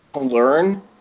learn